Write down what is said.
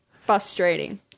frustrating